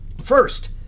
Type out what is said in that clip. First